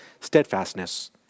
steadfastness